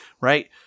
right